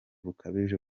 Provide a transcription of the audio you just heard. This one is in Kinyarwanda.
bukabije